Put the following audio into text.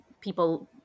people